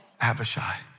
Abishai